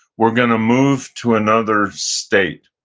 we're going to move to another state.